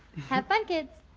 have fun, kids.